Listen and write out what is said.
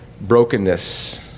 brokenness